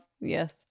Yes